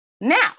Now